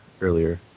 earlier